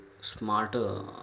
smarter